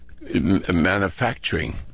manufacturing